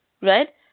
right